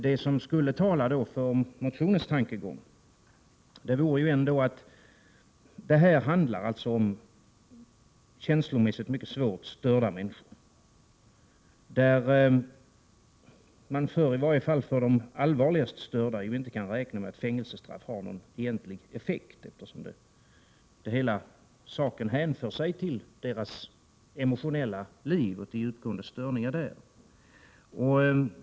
Det som talar för motionens tankegång är att det här handlar om känslomässigt mycket svårt störda människor. För de allvarligast störda kan man ju inte räkna med att ett fängelsestraff har någon egentlig effekt. Hela situationen hänför sig till personens emotionella liv och störningar.